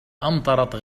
أمطرت